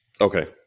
Okay